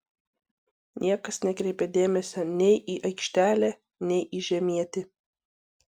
niekas nekreipė dėmesio nei į aikštelę nei į žemietį